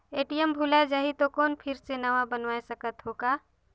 ATM भुलाये जाही तो कौन फिर से नवा बनवाय सकत हो का?